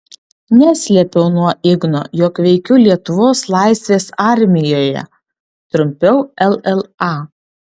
neslėpiau nuo igno jog veikiu lietuvos laisvės armijoje trumpiau lla